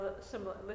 similar